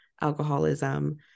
alcoholism